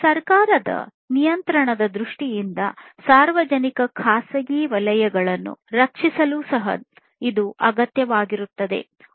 ಸರ್ಕಾರದ ನಿಯಂತ್ರಣದ ದೃಷ್ಟಿಯಿಂದ ಸಾರ್ವಜನಿಕ ಖಾಸಗಿ ವಲಯಗಳನ್ನು ರಕ್ಷಿಸಲು ಸಹ ಇದು ಅಗತ್ಯವಾಗಿರುತ್ತದೆ